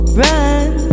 run